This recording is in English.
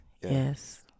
yes